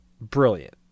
brilliant